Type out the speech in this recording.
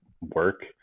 work